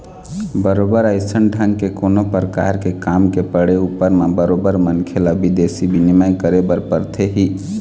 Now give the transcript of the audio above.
बरोबर अइसन ढंग के कोनो परकार के काम के पड़े ऊपर म बरोबर मनखे ल बिदेशी बिनिमय करे बर परथे ही